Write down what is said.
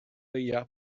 leia